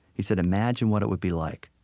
he said, imagine what it would be like.